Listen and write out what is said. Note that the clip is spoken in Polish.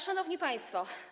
Szanowni Państwo!